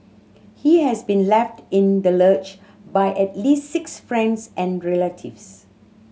he has been left in the lurch by at least six friends and relatives